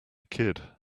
kid